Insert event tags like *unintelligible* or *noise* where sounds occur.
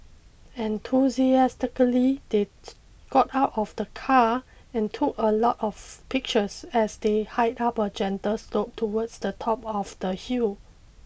enthusiastically they *unintelligible* got out of the car and took a lot of pictures as they hiked up a gentle slope towards the top of the hill